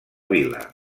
vila